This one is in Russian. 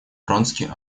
вронский